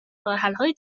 راهحلهای